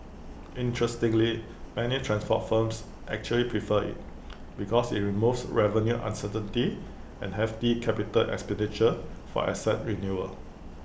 interestingly many transport firms actually prefer IT because IT removes revenue uncertainty and hefty capital expenditure for asset renewal